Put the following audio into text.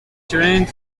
trained